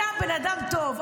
אתה בן אדם טוב,